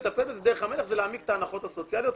דרך המלך היא להעמיק את ההנחות הסוציאליות.